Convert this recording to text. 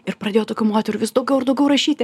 ir pradėjo tokių moterų vis daugiau ir daugiau rašyti